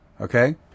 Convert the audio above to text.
okay